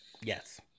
Yes